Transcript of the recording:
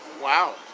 Wow